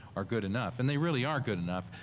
are good enough. and they really are good enough,